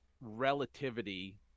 relativity